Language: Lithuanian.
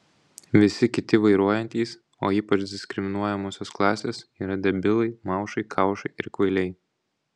visi kiti vairuojantys o ypač diskriminuojamosios klasės yra debilai maušai kaušai ir kvailiai